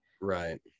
Right